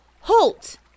Halt